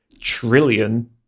trillion